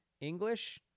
English